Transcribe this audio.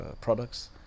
products